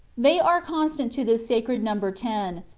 they are constant to this sacred number ten,